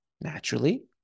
naturally